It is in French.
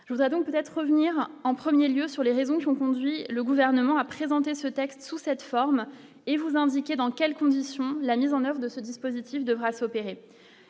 nous avons peut-être revenir en 1er lieu sur les raisons qui ont conduit le gouvernement a présenté ce texte sous cette forme et vous indiquer dans quelles conditions la mise en oeuvre de ce dispositif devra s'opérer